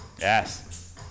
yes